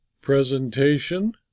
presentation